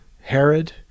Herod